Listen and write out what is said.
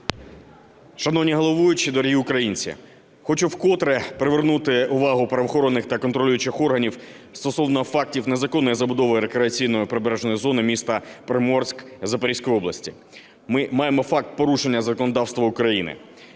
Шановні головуючі, дорогі українці! Хочу вкотре привернути увагу правоохоронних та контролюючих органів стосовно фактів незаконної забудови рекреаційної прибережної зони міста Приморськ Запорізької області, ми маємо факт порушення законодавства України.